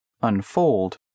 unfold